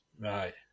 Right